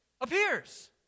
appears